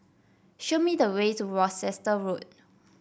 show me the way to Worcester Road